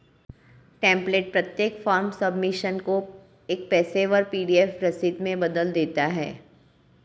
template प्रत्येक form submission को एक पेशेवर पी.डी.एफ रसीद में बदल देता है